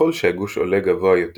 ככל שהגוש עולה גבוה יותר